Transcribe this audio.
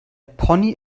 pony